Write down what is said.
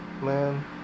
Man